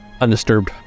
undisturbed